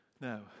Now